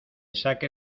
saque